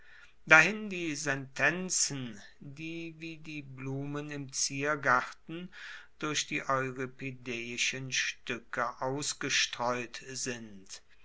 dahin die sentenzen die wie die blumen im ziergarten durch die euripideischen stuecke ausgestreut sind